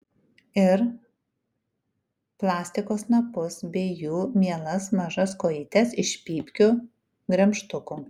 ir plastiko snapus bei jų mielas mažas kojytes iš pypkių gremžtukų